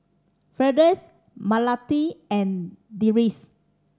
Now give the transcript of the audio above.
Firdaus Melati and Deris